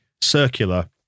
Circular